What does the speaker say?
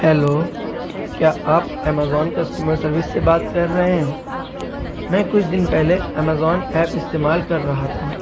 hello کیا آپ Amazon customer service سے بات کر رہے ہیں میں کچھ دن پہلے امیزون ایپ استعمال کر رہا تھا